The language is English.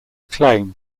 acclaim